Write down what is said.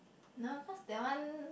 no cause that one